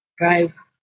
Guys